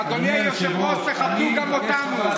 אדוני היושב-ראש, תכבדו גם אותנו.